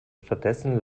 stattdessen